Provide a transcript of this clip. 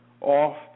off